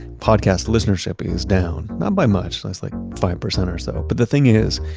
podcast listenership is down, not by much, it's like five percent or so. but the thing is,